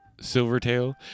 silvertail